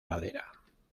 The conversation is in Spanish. ladera